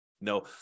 No